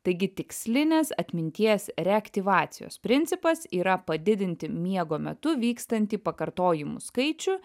taigi tikslinės atminties reaktyvacijos principas yra padidinti miego metu vykstantį pakartojimų skaičių